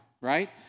right